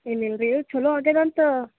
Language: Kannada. ಏನಿಲ್ಲ ರೀ ಛಲೋ ಆಗ್ಯದಂತ